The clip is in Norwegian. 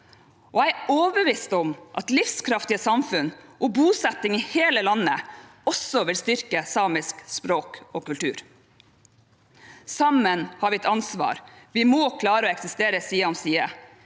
Jeg er overbevist om at livskraftige samfunn og bosetting i hele landet også vil styrke samisk språk og kultur. Sammen har vi et ansvar. Vi må klare å eksistere side om side.